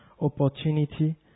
opportunity